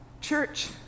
Church